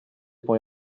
poi